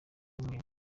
cyumweru